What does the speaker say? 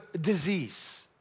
disease